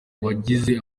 wagize